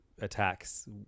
attacks